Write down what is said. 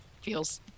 feels